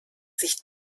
sich